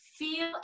feel